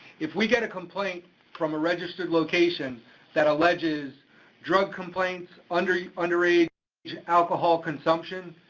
if we get a complaint from a registered location that alleges drug complaints, underage underage alcohol consumption,